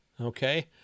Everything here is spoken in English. okay